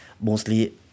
mostly